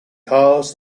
cars